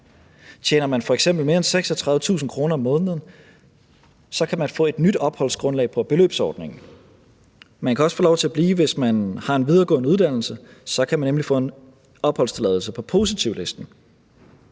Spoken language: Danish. Tjener man f.eks. mere end 36.000 kr. om måneden, kan man få et nyt opholdsgrundlag på beløbsordningen. Man kan også få lov til at blive, hvis man har en videregående uddannelse, for så kan man nemlig få en opholdstilladelse på positivlisteordningen.